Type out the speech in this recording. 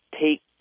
take